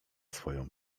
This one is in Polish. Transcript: swoją